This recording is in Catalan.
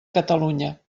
catalunya